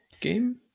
game